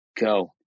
go